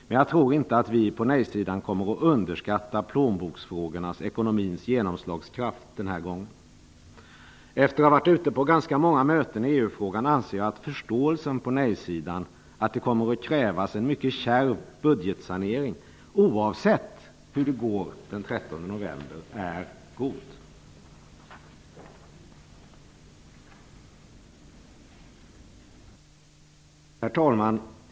Men jag tror inte att vi på nejsidan kommer att underskatta plånboksfrågornas, ekonomins, genomslagskraft den här gången. Efter att ha varit ute på ganska många möten i EU-frågan anser jag att förståelsen på nej-sidan för att det kommer att krävas en mycket kärv budgetsanering, oavsett hur det går den 13 november, är god. Herr talman!